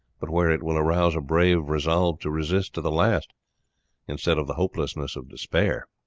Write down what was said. but where it will arouse a brave resolve to resist to the last instead of the hopelessness of despair.